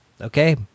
Okay